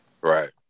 Right